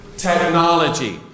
Technology